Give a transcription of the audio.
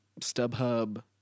StubHub